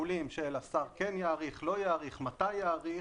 שיקולים אם השר כן יאריך או לא יאריך, מתי יאריך